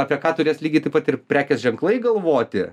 apie ką turės lygiai taip pat ir prekės ženklai galvoti